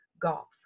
golf